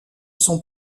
son